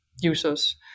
users